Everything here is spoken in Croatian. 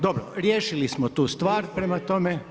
Dobro, riješili smo tu stvar, prema tome